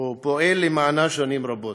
ופועל למענה שנים רבות.